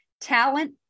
talent